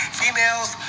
females